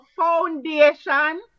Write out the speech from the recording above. foundation